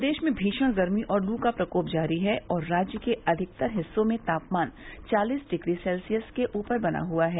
प्रदेश में भीषण गर्मी और लू का प्रकोप जारी है और राज्य के अधिकतर हिस्सों में तापमान चालीस डिग्री सेल्सियस के ऊपर बना हुआ है